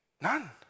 None